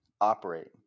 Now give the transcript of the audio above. operate